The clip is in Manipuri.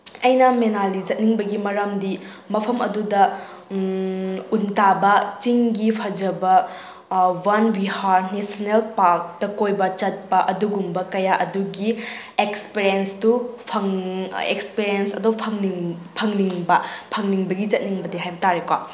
ꯑꯩꯅ ꯃꯅꯥꯂꯤ ꯆꯠꯅꯤꯡꯕꯒꯤ ꯃꯔꯝꯗꯤ ꯃꯐꯝ ꯑꯗꯨꯗ ꯎꯟ ꯇꯥꯕ ꯆꯤꯡꯒꯤ ꯐꯖꯕ ꯕꯥꯟ ꯕꯤꯍꯥꯔ ꯅꯦꯁꯅꯦꯜ ꯄꯥꯔꯛꯇ ꯀꯣꯏꯕ ꯆꯠꯄ ꯑꯗꯨꯒꯨꯝꯕ ꯀꯌꯥ ꯑꯗꯨꯒꯤ ꯑꯦꯛꯁꯄꯔꯤꯌꯦꯟꯁꯇꯨ ꯑꯦꯛꯁꯄꯔꯤꯌꯦꯟꯁ ꯑꯗꯨ ꯐꯪꯅꯤꯡ ꯐꯪꯅꯤꯡꯕ ꯐꯪꯅꯤꯡꯕꯒꯤ ꯆꯠꯅꯤꯡꯕꯒꯤ ꯍꯥꯏꯕ ꯇꯥꯔꯦꯀꯣ